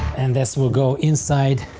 and this will go inside.